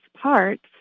parts